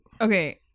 okay